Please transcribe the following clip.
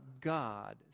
God